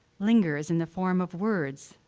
lingers in the form of words,